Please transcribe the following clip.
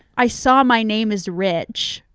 i saw my name is rich,